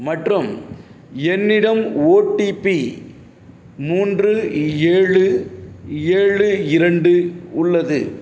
மற்றும் என்னிடம் ஓடிபி மூன்று ஏழு ஏழு இரண்டு உள்ளது